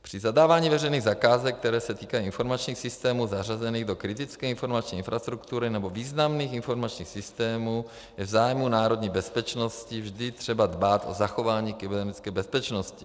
Při zadávání veřejných zakázek, které se týkají informačních systému zařazených do kritické informační infrastruktury nebo významných informačních systémů, je v zájmu národní bezpečnosti vždy třeba dbát o zachování kybernetické bezpečnosti.